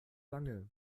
wange